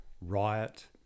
Riot